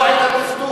אז למנוע את הטפטוף.